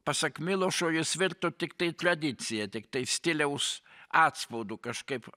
pasak milošo jos virto tiktai tradicija tiktai stiliaus atspaudu kažkaip